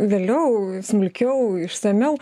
vėliau smulkiau išsamiau